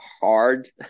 hard